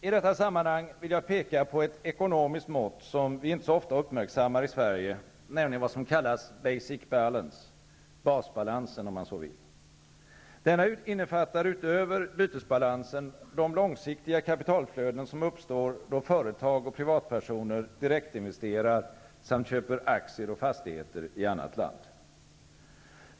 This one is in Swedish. I detta sammanhang vill jag peka på ett ekonomiskt mått, som vi inte så ofta uppmärksammar i Sverige, nämligen vad som kallas ''basic balance'' basbalansen, om man så vill. Denna innefattar utöver bytesbalansen de långsiktiga kapitalflöden som uppstår då företag och privatpersoner direktinvesterar samt köper aktier och fastigheter i annat land.